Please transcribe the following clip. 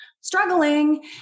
struggling